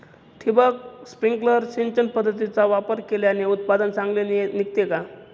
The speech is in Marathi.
ठिबक, स्प्रिंकल सिंचन पद्धतीचा वापर केल्याने उत्पादन चांगले निघते का?